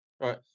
right